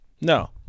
no